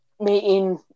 meeting